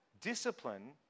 discipline